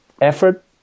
effort